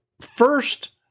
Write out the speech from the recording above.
first